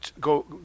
go